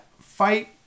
fight